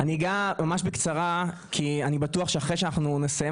אני אדבר ממש בקצרה כי אני בטוח שאחרי שנסיים